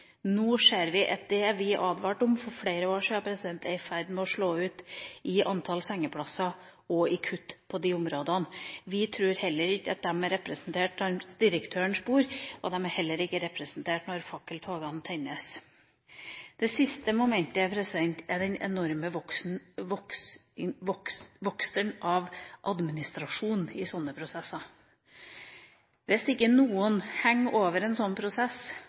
Nå ser vi at det vi advarte mot for flere år siden, er i ferd med å slå ut i antall sengeplasser og i kutt på de områdene. Vi tror heller ikke at de er representert rundt direktørens bord, og de er heller ikke representert når faklene i fakkeltogene tennes. Det siste momentet er den enorme veksten i administrasjonen i slike prosesser. Hvis ikke noen henger over en slik prosess